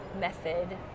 method